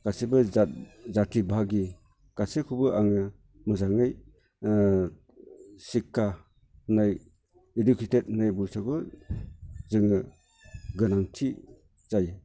गासैबो जाथि भागि गासैखौबो आङो मोजाङै सिखखा होननाय इडुकेटेड होननाय बुस्थुखौ जोङो गोनांथि जायो